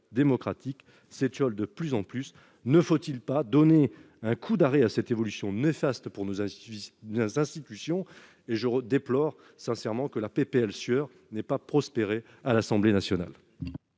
démocratique s'étiole de plus en plus, ne faut-il pas donner un coup d'arrêt à cette évolution néfaste pour nous a suivi nos institutions et je déplore sincèrement que la PPL sur n'est pas prospérer à l'Assemblée nationale.